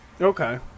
Okay